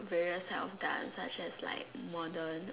various type of dance such as like modern